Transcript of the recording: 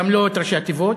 גם לא את ראשי התיבות,